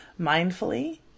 mindfully